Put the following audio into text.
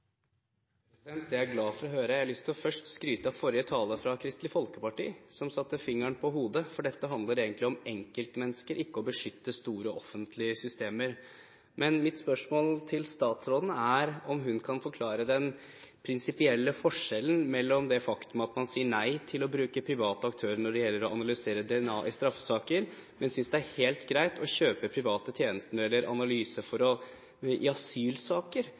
Jeg har først lyst til å skryte av forrige taler fra Kristelig Folkeparti, som traff spikeren på hodet, for dette handler egentlig om enkeltmennesker, ikke om å beskytte store, offentlige systemer. Men mitt spørsmål til statsråden er om hun kan forklare den prinsipielle forskjellen mellom det faktum at man sier nei til å bruke private aktører når det gjelder å analysere DNA i straffesaker, men synes det er helt greit å kjøpe private tjenester for analyser i asylsaker. Der er det spørsmål om liv og død for de menneskene det er snakk om, mens DNA-analyse i